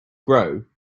grow